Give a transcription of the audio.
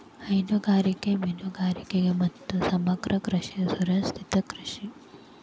ಹೈನುಗಾರಿಕೆ, ಮೇನುಗಾರಿಗೆ ಮತ್ತು ಸಮಗ್ರ ಕೃಷಿ ಸುಸ್ಥಿರ ಕೃಷಿ